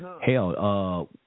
Hell